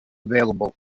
available